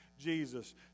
Jesus